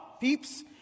peeps